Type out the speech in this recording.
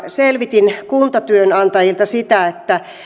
selvitin kuntatyönantajilta että